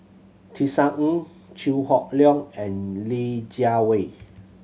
Tisa Ng Chew Hock Leong and Li Jiawei